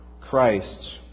Christ